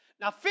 Now